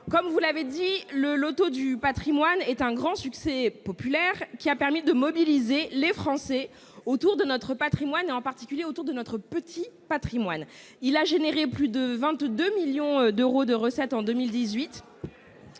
Comme vous l'avez rappelé, le loto du patrimoine est un grand succès populaire qui a permis de mobiliser les Français autour de notre patrimoine, en particulier autour de notre petit patrimoine. Il a dégagé plus de 22 millions d'euros de recettes en 2018